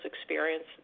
experience